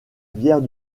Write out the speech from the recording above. bière